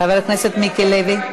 חבר הכנסת מיקי לוי,